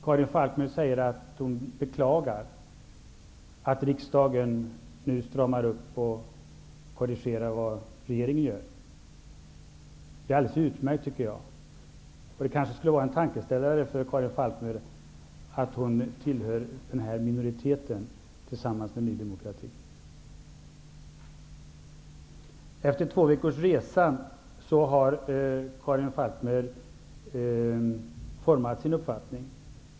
Karin Falkmer säger att hon beklagar att riksdagen nu stramar upp och korrigerar vad regeringen har gjort. Jag tycker att det är utmärkt. Det borde vara en tankeställare för Karin Falkmer att hon tillhör minoriteten tillsammans med Ny demokrati. Efter två veckors resa har Karin Falkmer format sig en uppfattning.